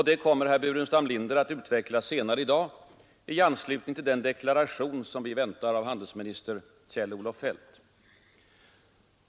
Detta kommer herr Burenstam Linder att utveckla senare i dag i anslutning till den deklaration vi väntar av handelsminister Kjell-Olof Feldt.